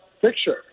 picture